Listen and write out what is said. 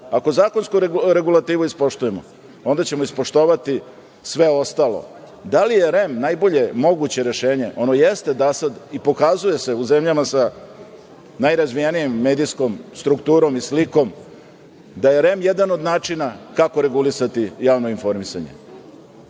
Ako zakonsku regulativu ispoštujemo, onda ćemo ispoštovati sve ostalo. Da li je REM najbolje moguće rešenje? Ono jeste i pokazuje se u zemljama sa najrazvijenijom medijskom strukturom i slikom da je REM jedan od načina kako regulisati javno informisanje. Naša